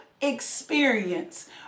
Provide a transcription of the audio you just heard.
experience